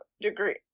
degree